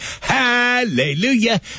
Hallelujah